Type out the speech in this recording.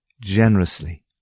generously